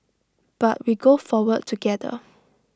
but we go forward together